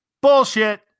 Bullshit